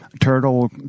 Turtle